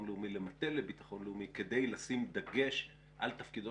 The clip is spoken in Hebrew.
לאומי למטה לביטחון לאומי כדי לשים דגש על תפקידו